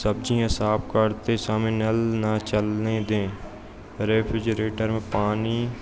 सब्जियाँ साफ करते समय नल ना चलने दें रेफ्रिजरेटर में पानी